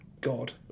God